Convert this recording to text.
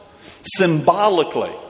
symbolically